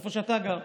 איפה שאתה גר,